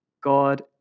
God